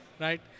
right